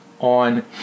on